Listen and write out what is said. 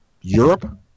Europe